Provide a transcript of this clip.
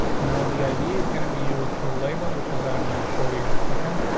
now, the idea is going to be used for label, which is i'm gonna show you in a second.